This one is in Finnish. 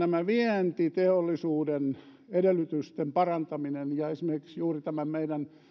että vientiteollisuuden edellytysten parantaminen esimerkiksi juuri tämän meidän